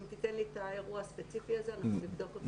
אם תיתן לי את האירוע הספציפי אני אבדוק אותו.